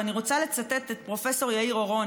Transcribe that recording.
ואני רוצה לצטט את פרופ' יאיר אורון,